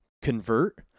convert